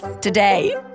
today